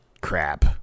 crap